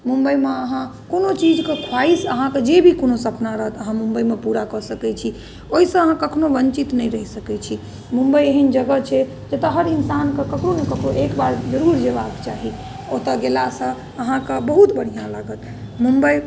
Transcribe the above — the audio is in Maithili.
मुम्बइमे अहाँ कोनो चीजके ख्वाहिश अहाँकेँ जे भी कोनो सपना रहत अहाँ मुम्बइमे पूरा कऽ सकैत छी ओहिसँ अहाँ कखनो वञ्चित नहि रहि सकैत छी मुम्बइ एहन जगह छै जतऽ हर इंसानके ककरो नहि ककरो एक बार जरूर जयबाके चाही ओतऽ गेलासँ अहाँकेँ बहुत बढ़िआँ लागत मुम्बइ